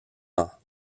ans